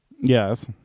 Yes